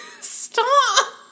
stop